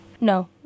no